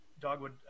dogwood